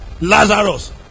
Lazarus